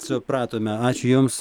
supratome ačiū jums